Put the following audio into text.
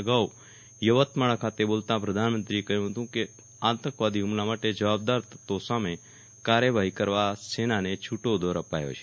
અગાઉ ચવતમાળ ખાતે બોલતા પ્રધાનમંત્રીએ કહ્યું હતું કે આતંકવાદી હુમલા માટે જવાબદાર તત્વો સામે કાર્યવાહી કરવા સેનાને છુંદ્દો દોર અપાયો છે